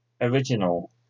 Original